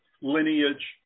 lineage